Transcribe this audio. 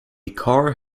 car